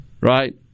right